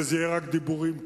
שזה יהיה רק דיבורים כאן,